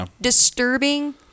disturbing